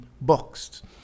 boxed